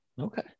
Okay